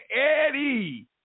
Eddie